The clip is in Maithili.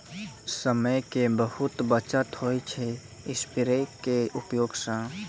समय के बहुत बचत होय छै स्प्रेयर के उपयोग स